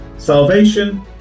salvation